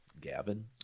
gavin